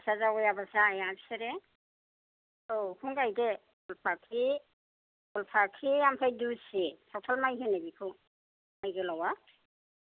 खासिया जावैयाबा जाया बिसोरो औ बेखौनो गायदो फुल फाख्रि फुल फाख्रि आमफ्राय दुसि सावताल माइ होनो बेखौ माय गोलावा